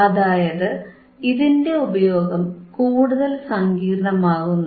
അതായത് ഇതിന്റെ ഉപയോഗം കൂടുതൽ സങ്കീർണമാകുന്നു